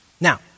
Now